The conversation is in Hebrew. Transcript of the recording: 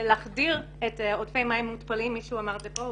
להחדיר את עודפי המים המותפלים מישהו אמר את זה כאן